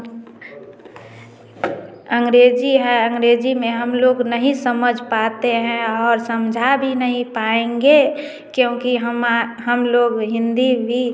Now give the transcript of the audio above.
अंग्रेजी है अंग्रेजी में हम लोग नहीं समझ पाते हैं और समझा भी नहीं पाएँगे क्योंकि हमा हम लोग हिंदी भी